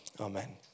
Amen